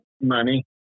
money